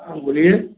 हाँ बोलिए